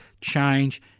change